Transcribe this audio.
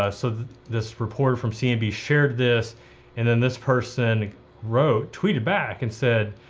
ah so this reporter from cnbc shared this and then this person wrote, tweeted back and said,